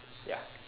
ya